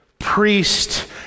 priest